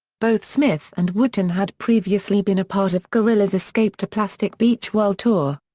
both smith and wootton had previously been a part of gorillaz' escape to plastic beach world tour.